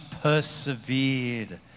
persevered